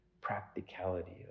practicality